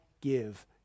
give